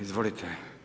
Izvolite.